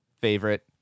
favorite